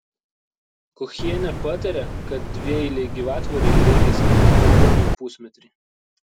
kochienė patarė kad dvieilei gyvatvorei reikia skirti daugiau nei pusmetrį